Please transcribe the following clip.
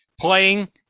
Playing